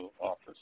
office